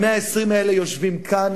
ה-120 האלה יושבים כאן.